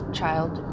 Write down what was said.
child